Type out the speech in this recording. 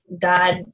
God